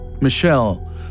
Michelle